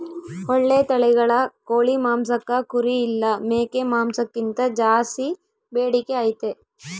ಓಳ್ಳೆ ತಳಿಗಳ ಕೋಳಿ ಮಾಂಸಕ್ಕ ಕುರಿ ಇಲ್ಲ ಮೇಕೆ ಮಾಂಸಕ್ಕಿಂತ ಜಾಸ್ಸಿ ಬೇಡಿಕೆ ಐತೆ